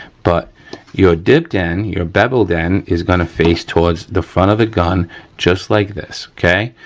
but your dipped end, your beveled end is gonna face towards the front of the gun just like this, okay,